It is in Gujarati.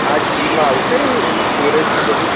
આઠ જીબીમાં આવશે એની સ્ટોરેજ ને બધું